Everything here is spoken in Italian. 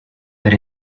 per